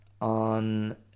on